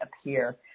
appear